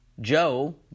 Joe